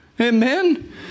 Amen